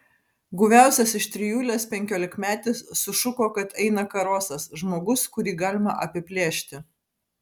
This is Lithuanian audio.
guviausias iš trijulės penkiolikmetis sušuko kad eina karosas žmogus kurį galima apiplėšti